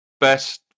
best